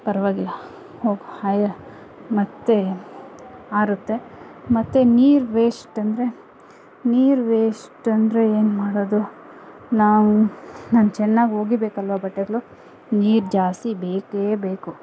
ಪರವಾಗಿಲ್ಲ ಮತ್ತೆ ಆರುತ್ತೆ ಮತ್ತೆ ನೀರು ವೇಸ್ಟ್ ಅಂದರೆ ನೀರು ವೇಸ್ಟ್ ಅಂದರೆ ಏನು ಮಾಡೋದು ನಾವು ನಾನು ಚೆನ್ನಾಗಿ ಒಗೀಬೇಕಲ್ವ ಬಟ್ಟೆಗಳು ನೀರು ಜಾಸ್ತಿ ಬೇಕೇ ಬೇಕು